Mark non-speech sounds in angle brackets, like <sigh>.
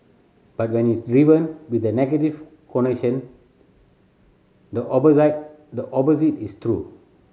but when it's driven with a negative <unintelligible> the <unintelligible> the opposite is true